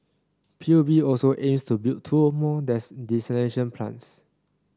P U B also aims to build two more desalination plants